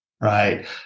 right